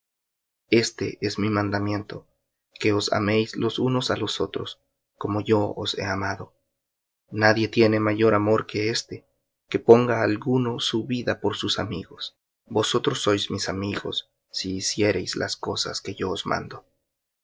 este es mi mandamiento que os améis los unos á los otros como yo os he amado nadie tiene mayor amor que este que ponga alguno su vida por sus amigos vosotros sois mis amigos si hiciereis las cosas que yo os mando